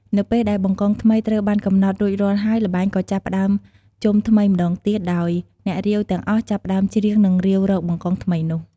នៅពេលដែល បង្កង ថ្មីត្រូវបានកំណត់រួចរាល់ហើយ ល្បែងក៏ចាប់ផ្តើមជុំថ្មីម្ដងទៀត ដោយ អ្នករាវ ទាំងអស់ចាប់ផ្តើមច្រៀង និងរាវរក បង្កង ថ្មីនោះ។